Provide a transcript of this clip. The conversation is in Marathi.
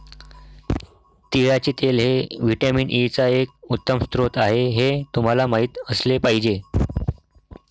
तिळाचे तेल हे व्हिटॅमिन ई चा एक उत्तम स्रोत आहे हे तुम्हाला माहित असले पाहिजे